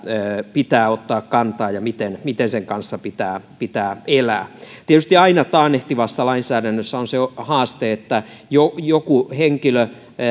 pitää ottaa kantaa ja miten miten sen kanssa pitää pitää elää tietysti aina taannehtivassa lainsäädännössä on se haaste että joku henkilö